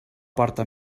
porta